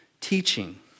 teaching